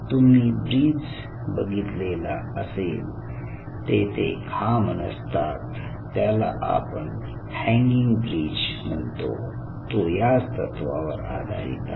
तुम्ही ब्रिज बघितला असेल तेथे खांब नसतात त्याला आपण हँगिंग ब्रिज म्हणतो तो याच तत्वावर आधारित आहे